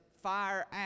fire